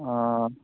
অঁ